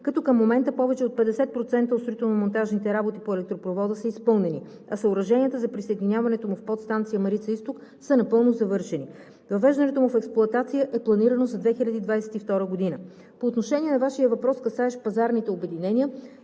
като към момент повече от 50% от строително-монтажните работи по електропровода са изпълнени, а съоръженията за присъединяването му в Подстанция „Марица изток“ са напълно завършени. Въвеждането му в експлоатация е планирано за 2022 г. По отношение на Вашия въпрос, касаещ пазарните обединения,